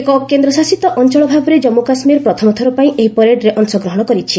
ଏକ କେନ୍ଦ୍ରଶାସିତ ଅଞ୍ଚଳ ଭାବରେ ଜମ୍ମ କାଶୁୀର ପ୍ରଥମ ଥରପାଇଁ ଏହି ପରେଡ୍ରେ ଅଂଶଗ୍ରହଣ କରିଛି